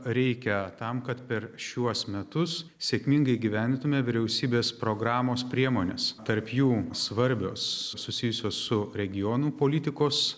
reikia tam kad per šiuos metus sėkmingai įgyvendintume vyriausybės programos priemones tarp jų svarbios susijusios su regionų politikos